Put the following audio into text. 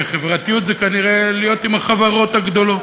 חברתיות זה כנראה להיות עם החברות הגדולות.